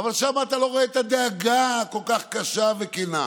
אבל שם אתה לא רואה את הדאגה הכל-כך קשה וכנה.